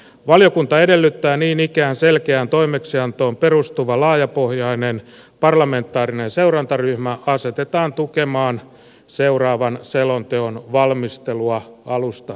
valiokunta edellyttää niin ikään että selkeään toimeksiantoon perustuva laajapohjainen parlamentaarinen seurantaryhmä asetetaan tukemaan seuraavan selonteon valmistelua alusta saakka